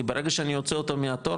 כי ברגע שאני אוציא אותו מהתור,